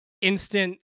instant